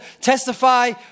testify